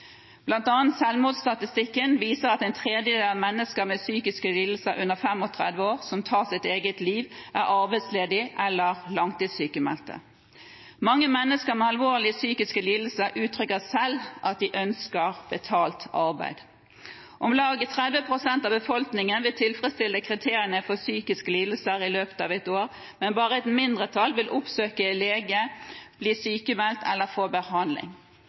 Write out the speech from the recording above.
viser selvmordsstatistikken at en tredjedel av mennesker under 35 år med psykiske lidelser som tar sitt eget liv, er arbeidsledige eller langtidssykmeldte. Mange mennesker med alvorlige psykiske lidelser uttrykker selv at de ønsker betalt arbeid. Om lag 30 pst. av befolkningen vil tilfredsstille kriteriene for psykiske lidelser i løpet av et år, men bare et mindretall vil oppsøke lege, bli sykmeldt eller få behandling.